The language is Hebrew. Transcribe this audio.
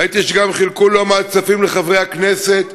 ראיתי שגם חילקו לא מעט כספים לחברי הכנסת,